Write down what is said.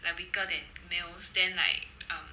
like weaker than males then like um